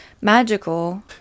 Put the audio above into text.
magical